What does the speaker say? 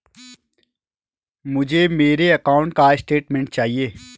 मुझे मेरे अकाउंट का स्टेटमेंट चाहिए?